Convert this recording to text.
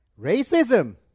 racism